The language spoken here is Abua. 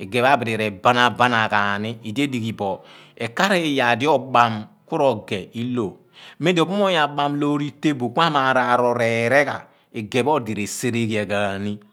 igeh pho abidi r`ebanabana ghaan ni. Idie dighi bo ekaar iyaar di oḇaam ku r`ogeh lloh men di obumoony amaar a bam loor itabhe kuarool r'eeregha igeh pho odi re sereghian ghaani.